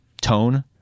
tone